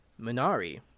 Minari